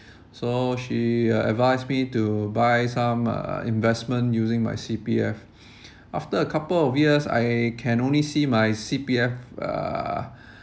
so she uh advised me to buy some uh investment using my C_P_F after a couple of years I can only see my C_P_F uh